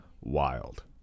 Wild